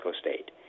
state